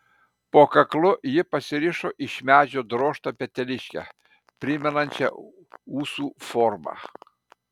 po kaklu ji pasirišo iš medžio drožtą peteliškę primenančią ūsų formą